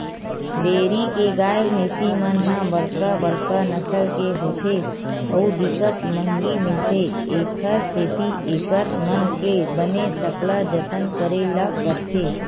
dairy के गाय, भइसी मन ह बड़का बड़का नसल के होथे अउ बिकट महंगी मिलथे, एखर सेती एकर मन के बने सकला जतन करे ल परथे